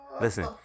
Listen